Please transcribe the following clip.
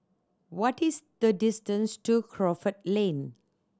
what is the distance to Crawford Lane